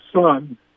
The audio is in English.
son